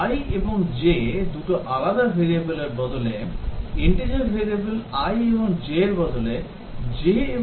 i এবং j দুটো আলাদা variable এর বদলে integer variable i এবং j এর বদলে j এবং i পাস করেছে